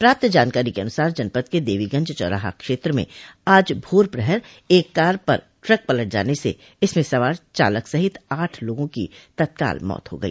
प्राप्त जानकारी के अनुसार जनपद के देवीगंज चौराहा क्षेत्र में आज भोर प्रहर एक कार पर ट्रक पलट जाने से इसमें सवार चालक सहित आठ लोगों की तत्काल मौत हो गई